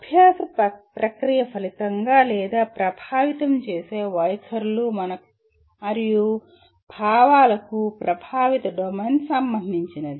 అభ్యాస ప్రక్రియ ఫలితంగా లేదా ప్రభావితం చేసే వైఖరులు మరియు భావాలకు ప్రభావిత డొమైన్ సంబంధించినది